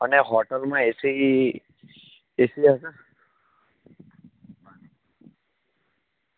અને હોટેલમાં AC AC હશે